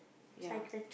ya